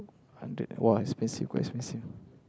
hundred !wah! expensive quite expensive